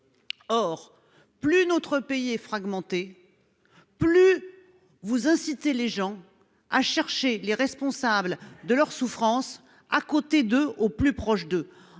Plus notre pays est fragmenté, plus vous incitez nos concitoyens à chercher les responsables de leurs souffrances à côté d'eux, au plus proche d'eux.